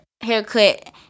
haircut